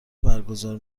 برگزار